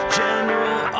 general